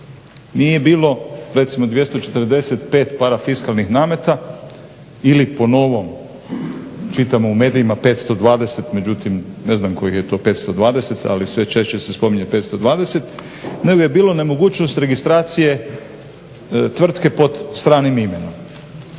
nije bilo recimo 245 parafiskalnih nameta ili po novom čitam u medijima 520, međutim ne znam kojih je to 520 ali sve češće se spominje 520, nego je bilo nemogućnost registracije tvrtke pod stranim imenom.